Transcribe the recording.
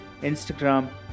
Instagram